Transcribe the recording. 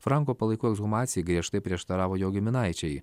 franko palaikų ekshumacijai griežtai prieštaravo jo giminaičiai